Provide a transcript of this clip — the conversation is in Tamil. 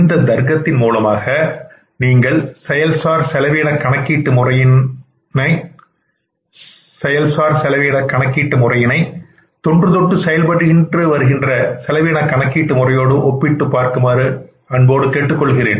இந்த தர்க்கத்தின் மூலமாக நீங்கள் செயல் சார் செலவின கணக்கீட்டு முறையினை தொன்றுதொட்டு செயல்பட்டு வருகின்ற செலவின கணக்கிட்டு முறையோடு ஒப்பிட்டு பார்க்குமாறு கேட்டுக்கொள்கிறேன்